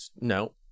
No